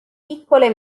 piccole